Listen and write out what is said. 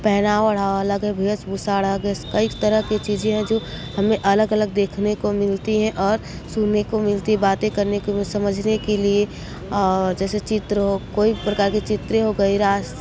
पहनावा ओढ़ाव अलग है वेशभूषा अलग है कई तरह की चीज़ें जो हमें अलग अलग देखने को मिलती है और सुनने को मिलती बातें करने को समझने के लिए जैसे चित्र कोई प्रकार के चित्र हो गई रास